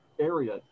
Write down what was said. area